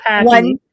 one